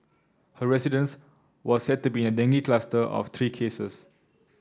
her residence was said to be in a dengue cluster of three cases